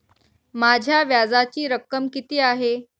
माझ्या व्याजाची रक्कम किती आहे?